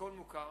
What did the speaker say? הכול מוכר,